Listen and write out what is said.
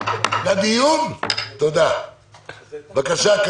בבקשה.